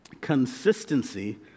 Consistency